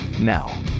now